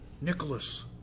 nicholas